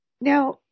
Now